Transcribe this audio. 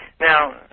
Now